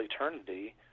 eternity